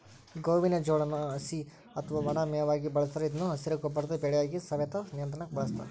ಗೋವಿನ ಜೋಳಾನ ಹಸಿ ಅತ್ವಾ ಒಣ ಮೇವಾಗಿ ಬಳಸ್ತಾರ ಇದನ್ನು ಹಸಿರು ಗೊಬ್ಬರದ ಬೆಳೆಯಾಗಿ, ಸವೆತ ನಿಯಂತ್ರಣಕ್ಕ ಬಳಸ್ತಾರ